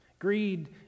Greed